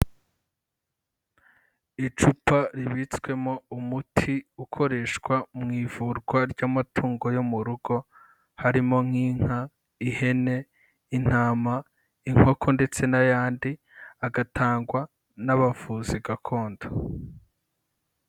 Icupa ribitswemo umuti ukoreshwa mu ivurwa ry'amatungo yo mu rugo, harimo nk'inka, ihene, intama, inkoko ndetse n'ayandi, agatangwa n'abavuzi gakondo.